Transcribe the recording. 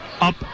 up